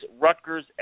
Rutgers